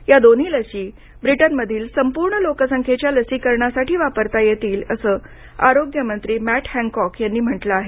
या दोन्ही लशी ब्रिटनमधील संपूर्ण लोकसंख्येच्या लसीकरणासाठी वापरता येतील असं आरोग्य मंत्री मॅट हँकॉक यांनी म्हटलं आहे